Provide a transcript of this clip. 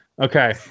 Okay